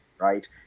right